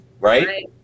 Right